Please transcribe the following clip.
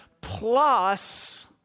plus